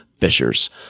Fishers